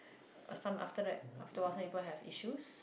a some after that after was happen as issue